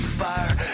fire